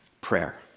Prayer